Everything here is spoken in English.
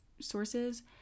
sources